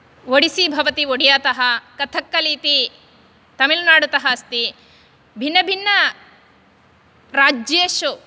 ओडिसि भवति ओडियातः कथक्कलि इति तमिल्नाडुतः अस्ति भिन्नभिन्न राज्येषु